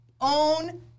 own